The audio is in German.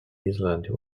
niederlande